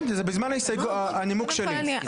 כן, זה בזמן הנימוק שלי.